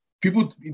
people